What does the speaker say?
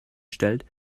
stellt